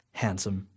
handsome